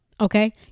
Okay